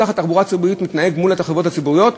כך התחבורה הציבורית מתנהגת מול החברות הציבוריות.